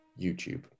YouTube